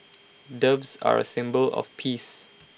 doves are A symbol of peace